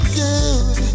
good